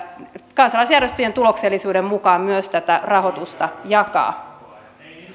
kansalaisjärjestöjen tuloksellisuuden mukaan myös tätä rahoitusta jakaa